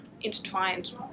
intertwined